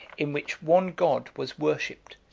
in which one god was worshipped,